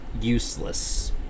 useless